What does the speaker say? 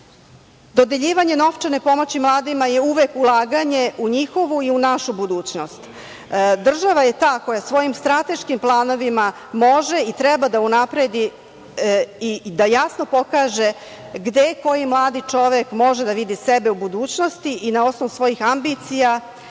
razvija. Dodeljivanje novčane pomoći mladima je uvek ulaganje u njihovu i u našu budućnost. Država je ta koja svojim strateškim planovima može i treba da unapredi i da jasno pokaže gde koji mladi čovek može da vidi sebe u budućnosti i na osnovu svojih ambicija,